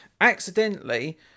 accidentally